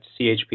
CHP